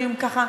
ככה,